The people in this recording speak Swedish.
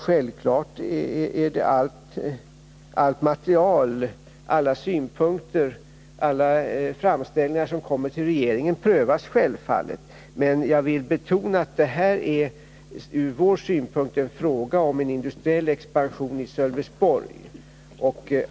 Självfallet Nr 90 prövas allt material, alla synpunkter och framställningar som kommer till Fredagen den regeringen. Men jag vill betona att detta ur vår synpunkt är en fråga om en = 27 februari 1981 industriell expansion i Sölvesborg.